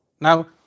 Now